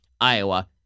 Iowa